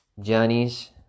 journeys